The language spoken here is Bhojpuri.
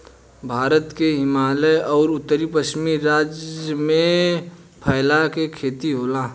भारत के हिमालय अउर उत्तर पश्चिम राज्य में फैला के खेती होला